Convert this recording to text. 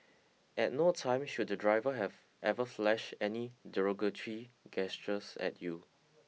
at no time should the driver have ever flashed any derogatory gestures at you